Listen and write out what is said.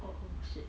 oh oh shit